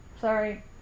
Sorry